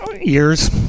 years